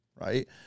right